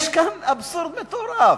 יש כאן אבסורד מטורף.